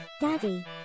Daddy